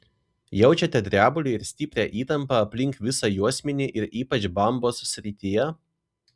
jaučiate drebulį ir stiprią įtampą aplink visą juosmenį ir ypač bambos srityje